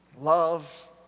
love